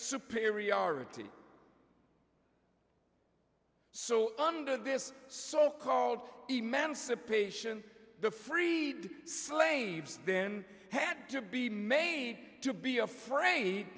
superiority so under this so called emancipation the freed slaves then had to be made to be afraid